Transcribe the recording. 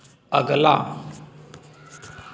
अगला